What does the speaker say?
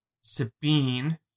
Sabine